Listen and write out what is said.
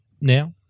now